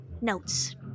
notes